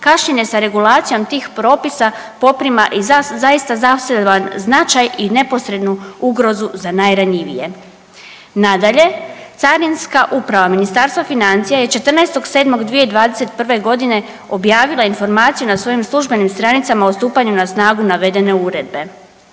kašnjenje sa regulacijom tih propisa poprima i zaista zaseban značaj i neposrednu ugrozu za najranjivije. Nadalje, Carinska uprava Ministarstva financija je 14.7.2021. g. objavila informaciju na svojim službenim stranicama o stupanju na snagu navedene Uredbe.